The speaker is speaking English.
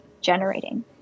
generating